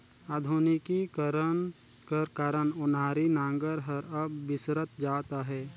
आधुनिकीकरन कर कारन ओनारी नांगर हर अब बिसरत जात अहे